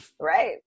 Right